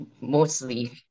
mostly